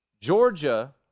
Georgia